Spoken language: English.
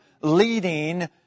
leading